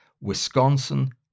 Wisconsin